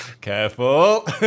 Careful